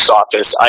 office